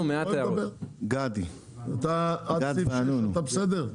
גדי ואנונו מ"גזגל", אתה בסדר?